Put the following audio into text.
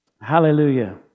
Hallelujah